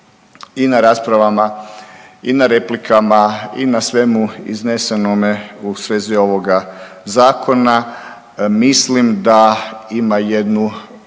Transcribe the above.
i na raspravama i na replikama i na svemu iznesenome u svezi ovog zakona. Mislim da ima jednu